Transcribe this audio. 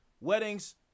Weddings